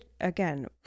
again